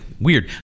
weird